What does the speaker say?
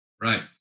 Right